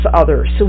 others